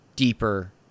deeper